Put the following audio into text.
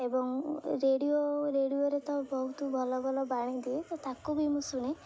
ଏବଂ ରେଡ଼ିଓ ରେଡ଼ିଓରେ ତ ବହୁତ ଭଲ ଭଲ ବାଣୀ ଦିଏ ତ ତାକୁ ବି ମୁଁ ଶୁଣେ